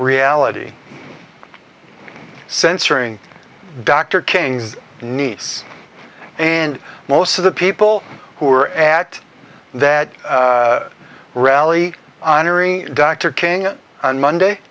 reality censoring dr king's niece and most of the people who are at that rally honoring dr king on monday